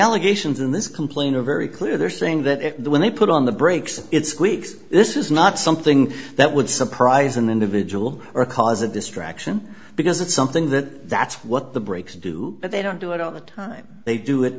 allegations in this complain are very clear they're saying that when they put on the brakes it squeaks this is not something that would surprise an individual or cause a distraction because it's something that that's what the brakes do but they don't do it all the time they do it